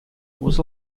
was